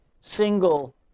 single